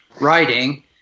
writing